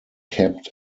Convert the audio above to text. kept